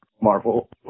Marvel